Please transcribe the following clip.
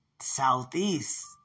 Southeast